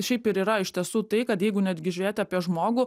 šiaip ir yra iš tiesų tai kad jeigu netgi žiūrėt apie žmogų